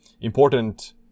important